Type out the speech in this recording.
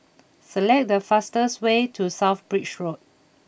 select the fastest way to South Bridge Road